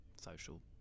social